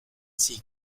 sie